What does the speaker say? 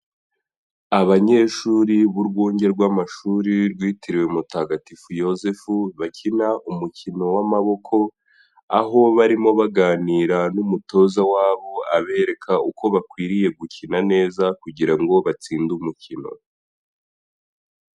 Abanyeshuri b'urwunge rw'amashuri rwitiriwe mutagatifu Yozefu bakina umukino w'amaboko, aho barimo baganira n'umutoza wabo abereka uko bakwiriye gukina neza kugira ngo batsinde umukino.